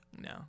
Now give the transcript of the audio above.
No